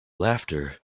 laughter